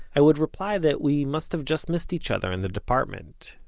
i would reply that we must have just missed each other in the department,